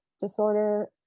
disorder